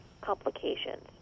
complications